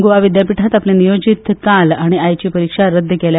गोंय विद्यापिठांत आपले नियोजीत काम आनी आयची परिक्षा रद्द केल्या